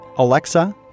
Alexa